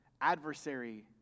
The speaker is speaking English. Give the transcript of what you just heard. adversary